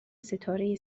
ستاره